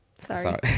sorry